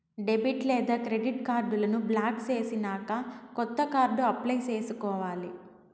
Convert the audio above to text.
debit లేదా credit కార్డులను block చేసినాక కొత్త కార్డు అప్లై చేసుకోవాలి